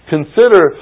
Consider